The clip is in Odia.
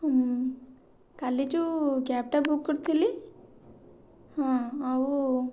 କାଲି ଯେଉଁ କ୍ୟାବ୍ଟା ବୁକ୍ କରିଥିଲି ହଁ ଆଉ